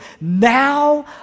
now